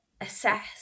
assess